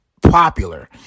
popular